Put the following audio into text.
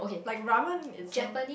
like ramen itself